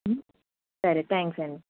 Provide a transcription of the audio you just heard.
సరే థ్యాంక్స్ అండీ